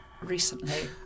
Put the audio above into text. Recently